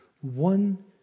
one